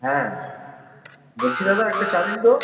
হ্যাঁ বলছি দাদা একটা চা দিন তো